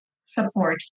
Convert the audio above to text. support